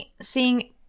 seeing